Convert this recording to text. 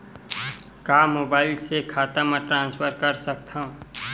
का मोबाइल से खाता म ट्रान्सफर कर सकथव?